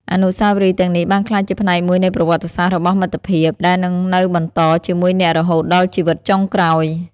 អនុស្សាវរីយ៍ទាំងនេះបានក្លាយជាផ្នែកមួយនៃប្រវត្តិសាស្ត្ររបស់មិត្តភាព ដែលនឹងនៅបន្តជាមួយអ្នករហូតដល់ជីវិតចុងក្រោយ។